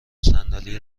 صندلی